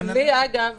אגב,